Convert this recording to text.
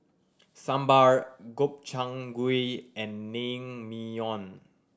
Sambar Gobchang Gui and Naengmyeon